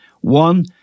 One